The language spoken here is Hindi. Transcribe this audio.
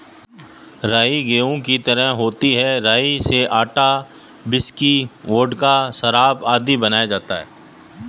राई गेहूं की तरह होती है राई से आटा, व्हिस्की, वोडका, शराब आदि बनाया जाता है